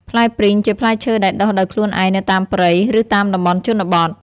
ផ្លែព្រីងជាផ្លែឈើដែលដុះដោយខ្លួនឯងនៅតាមព្រៃ ឬតាមតំបន់ជនបទ។